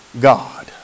God